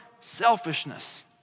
selfishness